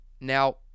Now